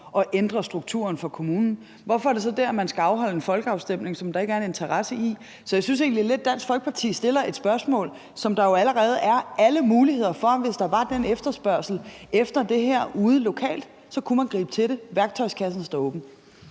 at ændre strukturen for kommunen. Hvorfor er det så der, man skal afholde en folkeafstemning, som der ikke er en interesse i? Så jeg synes egentlig lidt, Dansk Folkeparti stiller et spørgsmål om noget, som der jo allerede er alle muligheder for at gøre, og hvor man, hvis der var den efterspørgsel efter det her derude lokalt, kunne gribe til det. Værktøjskassen står åben.